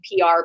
PR